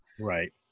Right